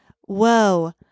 whoa